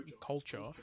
culture